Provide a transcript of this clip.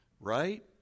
Right